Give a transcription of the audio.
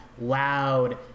loud